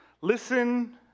Listen